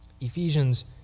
Ephesians